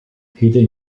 hidden